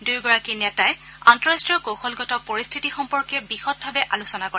দুয়োগৰাকী নেতাই আন্তঃৰাষ্ট্ৰীয় কৌশলগত পৰিস্থিতি সম্পৰ্কে বিশদভাৱে আলোচনা কৰে